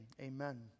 amen